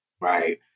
right